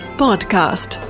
podcast